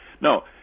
no